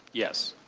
yes.